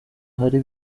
hari